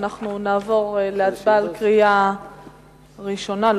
אנחנו נעבור להצבעה בקריאה ראשונה.